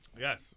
Yes